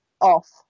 off